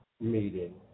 meeting